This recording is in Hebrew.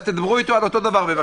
תדברו איתו על אותו דבר בבקשה.